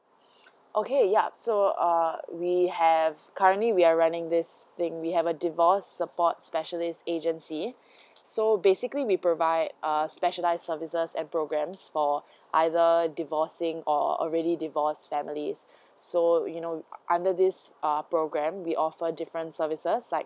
okay yup so uh we have currently we are running this thing we have a divorce support specialist agency so basically we provide err specialized services and programs for either divorcing or already divorce families so you know under this uh program we offer different services like